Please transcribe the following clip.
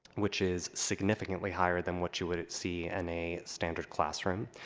which is significantly higher than what you would see in a standard classroom.